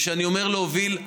וכשאני אומר להוביל,